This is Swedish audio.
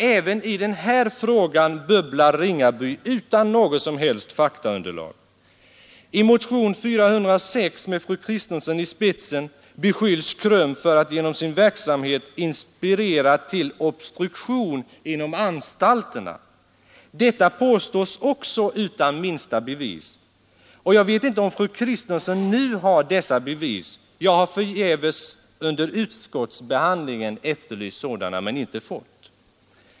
Även i denna fråga ”bubblar” herr Ringaby utan något som helst faktaunderlag. I motionen 406 med fru Kristensson i spetsen beskylls KRUM för att genom sin verksamhet inspirera till obstruktion inom anstalterna. Också detta påstås utan minsta bevis. Jag vet inte om fru Kristensson nu har dessa bevis. Jag har förgäves under utskottsbehandlingen efterlyst sådana men inte fått några.